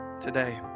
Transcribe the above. today